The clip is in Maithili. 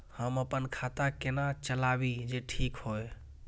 हम अपन खाता केना चलाबी जे ठीक होय?